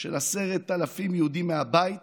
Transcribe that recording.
של עשרת אלפים יהודים מהבית